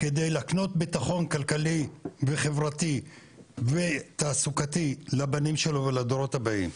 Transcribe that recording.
על מנת להקנות ביטחון כלכלי וחברתי ותעסוקתי לבנים שלו ולדורות הבאים.